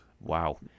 Wow